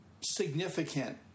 significant